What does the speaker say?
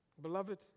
Beloved